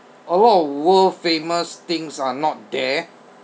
a lot of world famous things are not there